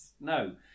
No